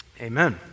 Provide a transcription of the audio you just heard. amen